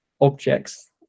objects